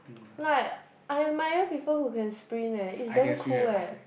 like I admire people who can sprint eh is damn cool eh